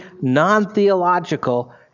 non-theological